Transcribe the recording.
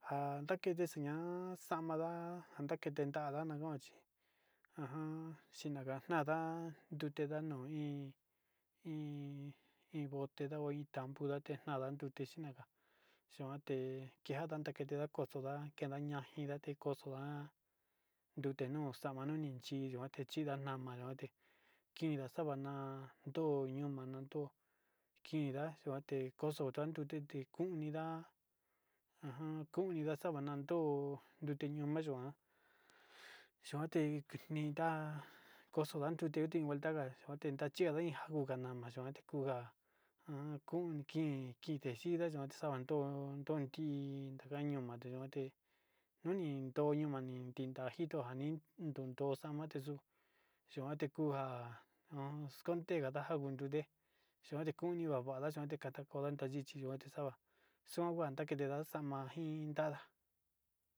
Njan ndakete xii nia xamanda njanakete nanda, nagochi ajan chinikua nanda tutte ndano iin, iin bote iin tapundate nada nuu chindaga xhuande kian kete ndakoxo nja ndakiñate koxo xua nute nuu xamanuni chi yutechinda nama no'o te inda'a sabana ndo'o yuando kinda yuante koxo yuandute te kuinda kuida sabana nando nrute ñó nanyo'a yite kunindá kuanti kute vuelta nga xo'ote ndakio ke kunjannan na'a yuante kunda njan kun kintekinda, yuanti xakaguo kun kii ndakañon tuate nuni toño manda njito iin kito ndoxante xuu yuan kunga kontegata njade yuti kuin kuti kanga kundaxonte yuka ka yii chi yuante nga xuan kua ketanda xama iin nda'a.